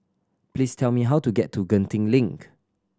please tell me how to get to Genting Link